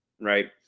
right